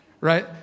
right